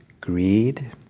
greed